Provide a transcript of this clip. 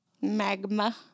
Magma